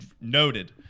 noted